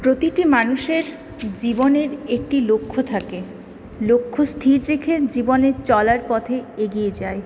প্রতিটি মানুষের জীবনের একটি লক্ষ্য থাকে লক্ষ্য স্থির রেখে জীবনে চলার পথে এগিয়ে যায়